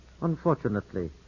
Unfortunately